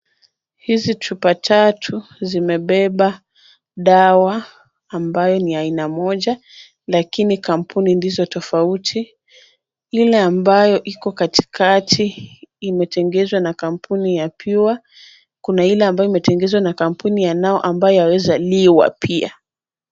Hizi chupa tatu zimebeba dawa ambayo ni za aina lakini kampuni ndizo tofauti. Ile ambayo iko katikati imetengenezwa na kampuni ya Pure, kuna ile ambayo imetengenezwa na kampuni ya Now ambayo yaweza liwa pia.